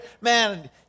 Man